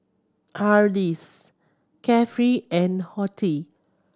Hardy's Carefree and Horti